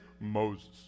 Moses